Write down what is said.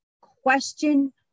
Question